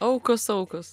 aukos aukos